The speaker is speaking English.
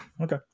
Okay